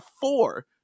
four